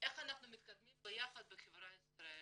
איך אנחנו מתקדמים ביחד בחברה הישראלית.